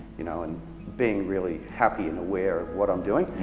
you know, and being really happy and aware of what i'm doing.